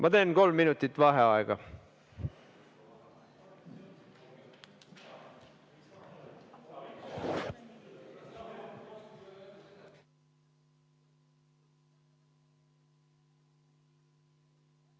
Ma teen kolm minutit vaheaega.V